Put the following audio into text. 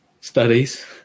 studies